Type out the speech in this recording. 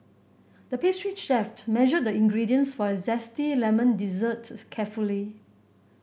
the pastry chef measured the ingredients for a zesty lemon dessert carefully